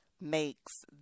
makes